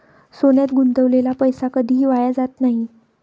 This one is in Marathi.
सोन्यात गुंतवलेला पैसा कधीही वाया जात नाही